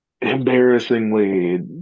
embarrassingly